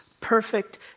perfect